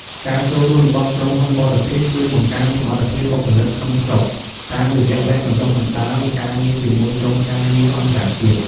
ការចូលរួមរបស់ក្រុមហ៊ុនបរទេសជួយបង្កើនសមត្ថភាពបុគ្គលិកក្នុងស្រុក តាមរយៈវគ្គបណ្តុះបណ្តាល និងការងារជាមួយក្រុមការងារអន្តរជាតិ។